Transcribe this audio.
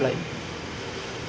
because more people will die lah then